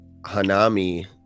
Hanami